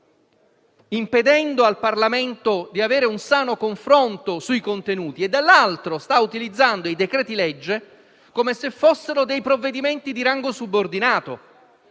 impedendo al Parlamento di avere un sano confronto sui contenuti e, dall'altro, sta utilizzando i decreti-legge come se fossero provvedimenti di rango subordinato.